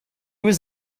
was